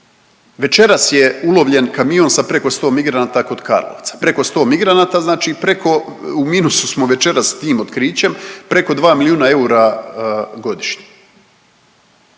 Večeras je ulovljen kamion sa preko 100 migranata kod Karlovca, preko 100 migranata znači preko u minusu smo večeras s tim otkrićem preko dva milijuna eura godišnje,